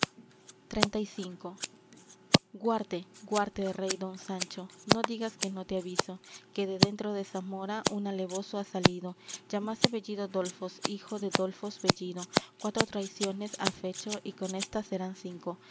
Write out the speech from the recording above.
guarte rey don sancho no digas que no te aviso que de dentro de zamora un alevoso ha salido llámase bellido dolfos hijo de dolfos bellido cuatro traiciones ha fecho y con esta serán cinco